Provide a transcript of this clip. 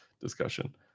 discussion